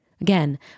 Again